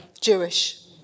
Jewish